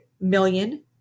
million